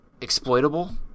exploitable